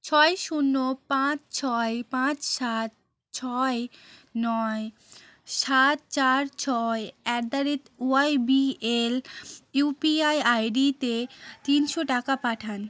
ছয় শূন্য পাঁচ ছয় পাঁচ সাত ছয় নয় সাত চার ছয় at the rate YBL UPI আইডিতে তিনশো টাকা পাঠান